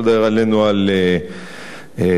על רצח עם,